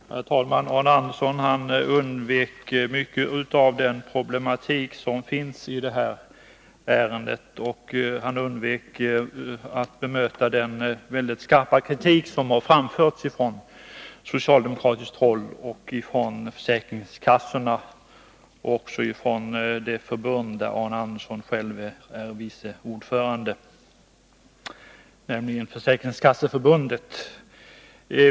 Herr talman! Arne Andersson i Gustafs undvek mycket av den problematik som finns i det här ärendet, och han undvek att bemöta den väldigt skarpa kritik som har framförts från socialdemokratiskt håll, från försäkringskassorna och från det förbund där Arne Andersson själv är vice ordförande, nämligen Försäkringskasseförbundet.